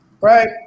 Right